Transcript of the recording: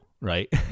right